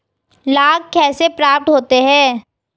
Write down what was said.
लाख कैसे प्राप्त होता है?